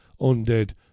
undead